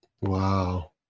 Wow